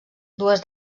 dues